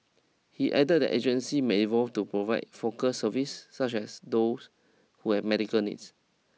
he added that agency may evolve to provide focused services such as those who have medical needs